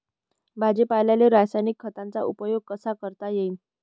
भाजीपाल्याले रासायनिक खतांचा उपयोग कसा करता येईन?